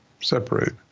separate